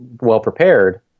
well-prepared